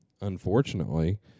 unfortunately